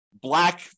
black